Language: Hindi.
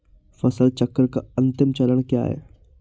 फसल चक्र का अंतिम चरण क्या है?